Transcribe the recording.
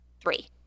Three